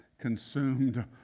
consumed